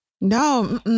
No